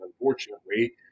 unfortunately